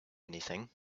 anything